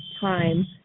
time